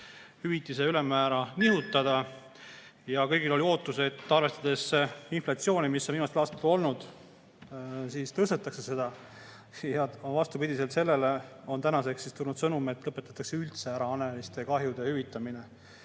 hüvitise ülemmäära nihutada. Kõigil oli ootus, arvestades inflatsiooni, mis on viimastel aastatel olnud, et seda tõstetakse. Vastupidiselt sellele on tänaseks tulnud sõnum, et lõpetatakse üldse ära haneliste kahjude hüvitamine.